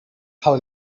how